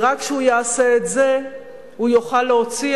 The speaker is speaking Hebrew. ורק כשהוא יעשה את זה הוא יוכל להוציא